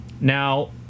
now